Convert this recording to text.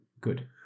Good